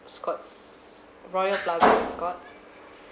scotts royal plaza on scotts